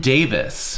Davis